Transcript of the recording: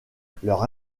leurs